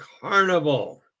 Carnival